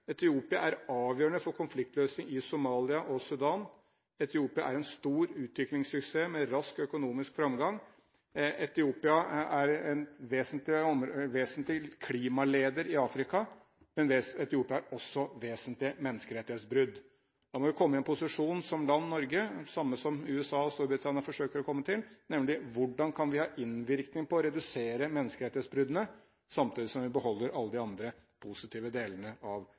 en stor utviklingssuksess med rask økonomisk framgang. Etiopia er en vesentlig klimaleder i Afrika, men Etiopia har også vesentlige menneskerettighetsbrudd. Da må vi, i den posisjonen som Norge er i – det samme med USA og Storbritannia – forsøke å komme fram til: Hvordan kan vi ha innvirkning på å redusere menneskerettighetsbruddene, samtidig som vi beholder alle de andre positive delene av